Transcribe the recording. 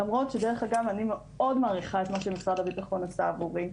למרות שדרך אגב אני מאוד מעריכה את מה שמשרד הביטחון עשה עבורי.